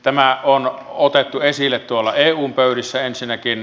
tämä on otettu esille tuolla eun pöydissä ensinnäkin